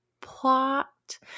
plot